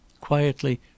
Quietly